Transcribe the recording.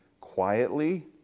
quietly